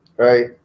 right